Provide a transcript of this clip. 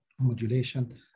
modulation